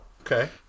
okay